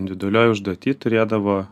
individualioj užduoty turėdavo